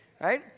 right